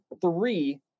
three